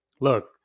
look